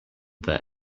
that